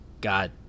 God